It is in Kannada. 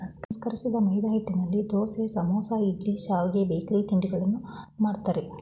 ಸಂಸ್ಕರಿಸಿದ ಮೈದಾಹಿಟ್ಟಿನಲ್ಲಿ ದೋಸೆ, ಸಮೋಸ, ಇಡ್ಲಿ, ಶಾವ್ಗೆ, ಬೇಕರಿ ತಿಂಡಿಗಳನ್ನು ಮಾಡ್ತರೆ